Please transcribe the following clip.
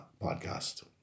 podcast